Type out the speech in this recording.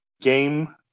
Game